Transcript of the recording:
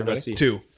Two